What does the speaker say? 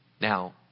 Now